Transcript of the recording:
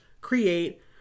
create